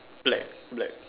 black black